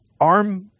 ARM –